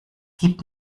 gib